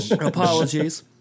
Apologies